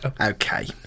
Okay